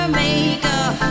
makeup